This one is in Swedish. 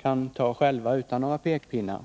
kan avgöra den saken utan några pekpinnar.